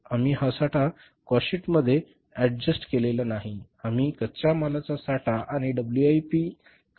आम्ही हा साठा कॉस्टशीटमध्ये एडजेस्ट केलेला नाही आम्ही कच्च्या मालाचा साठा आणि डब्ल्यूपीआय कामांचा साठा समायोजित केला आहे